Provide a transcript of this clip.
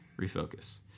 refocus